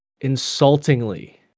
insultingly